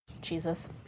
Jesus